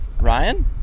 Ryan